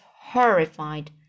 horrified